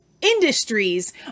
industries